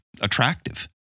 attractive